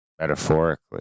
metaphorically